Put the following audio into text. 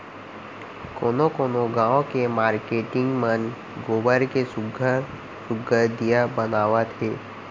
कोनो कोनो गाँव के मारकेटिंग मन गोबर के सुग्घर सुघ्घर दीया बनावत हे